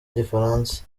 igifaransa